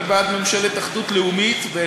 אני בעד ממשלת אחדות לאומית.